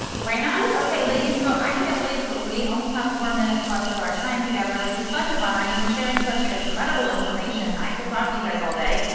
why not? ok, ladies, so i can't believe we only have four minutes left of our time together, which is such a bummer. you've been sharing such incredible information. i could talk to you guys all day.